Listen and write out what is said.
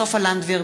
סופה לנדבר,